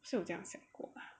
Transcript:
是有这样想过吧